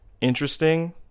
interesting